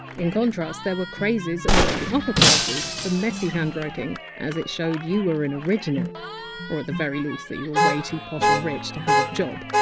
in contrast, there were crazes amongst the upper classes for messy handwriting, as it showed that you were an original or at the very least that you were way too posh and rich to have a job.